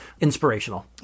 inspirational